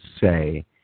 say